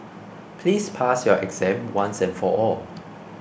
please pass your exam once and for all